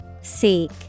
Seek